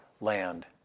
land